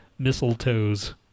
Mistletoes